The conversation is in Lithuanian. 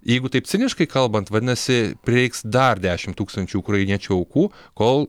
jeigu taip ciniškai kalbant vadinasi prireiks dar dešimt tūkstančių ukrainiečių aukų kol